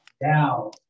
down